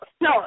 No